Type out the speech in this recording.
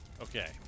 Okay